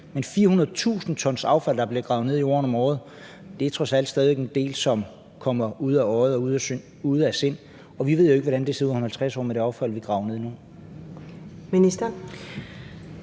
400.000 t affald ned i jorden om året – det er trods alt stadig væk en del, som, når det er ude af øje, er ude af sind, og vi ved jo ikke, hvordan det ser ud om 50 år med det affald, vi graver ned nu.